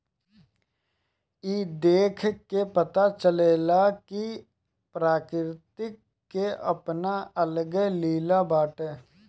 ई देख के पता चलेला कि प्रकृति के आपन अलगे लीला बाटे